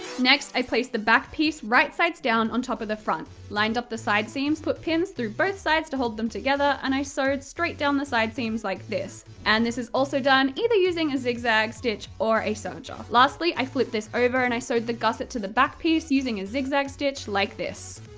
next, i placed the back piece right-sides down on top of the front, lined up the side seams, put pins through both sides to hold them together, and i sewed straight down the side seams like this and this is also done either using a zig zag stitch or a serger. um lastly, i flipped this over and i sewed the gusset to the back piece, using a zig zag stitch, like this!